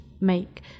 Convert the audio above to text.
make